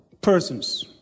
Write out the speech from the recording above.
persons